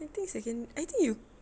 I think second I think you